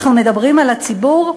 אנחנו מדברים על הציבור?